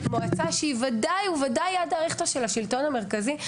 מועצה שהיא ודאי וודאי ידא אריכתא של השלטון המרכזי,